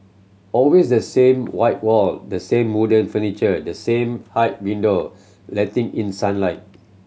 always the same white wall the same wooden furniture the same high window letting in sunlight